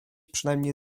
przynajmniej